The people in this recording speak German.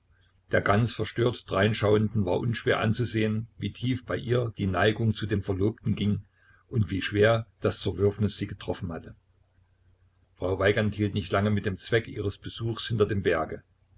der ganz verstört dreinschauenden war unschwer anzusehen wie tief bei ihr die neigung zu dem verlobten ging und wie schwer das zerwürfnis sie getroffen hatte frau weigand hielt nicht lange mit dem zweck ihres besuches hinter dem berge